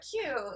cute